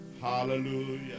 Hallelujah